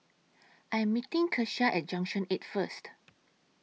I Am meeting Kesha At Junction eight First